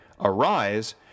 Arise